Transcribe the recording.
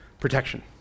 protection